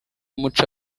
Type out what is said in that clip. muca